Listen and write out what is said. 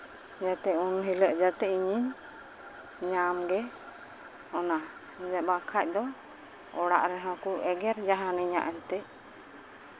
ᱡᱟᱛᱮ ᱩᱱ ᱦᱤᱞᱳᱜ ᱡᱟᱛᱮ ᱤᱧᱤᱧ ᱧᱟᱢ ᱜᱮ ᱚᱱᱟ ᱵᱟᱠᱷᱟᱡ ᱫᱚ ᱚᱲᱟᱜ ᱨᱮᱦᱚᱸ ᱠᱚ ᱮᱜᱮᱨ ᱡᱟᱦᱟᱱᱤᱧᱟ ᱮᱱᱛᱮᱜ